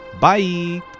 Bye